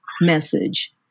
message